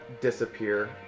disappear